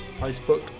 Facebook